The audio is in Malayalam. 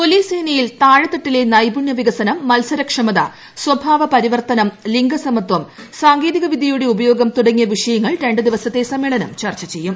പൊലീസ് സേനയിൽ ന്യൂഡൽഹിയിൽ താഴെത്തട്ടിലെ നൈപ്പുണ്ട്യ വികസനം മത്സരക്ഷമത സ്വഭാവ പരിവർത്തനം ലിംഗസമത്വം സാങ്കേതിക വിദ്യയുടെ ഉപയോഗം തുടങ്ങിയ വിഷയങ്ങൾ രണ്ടു ദിവസത്തെ സമ്മേളനം ചർച്ച ചെയ്യും